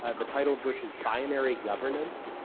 um the title of which is binary governance.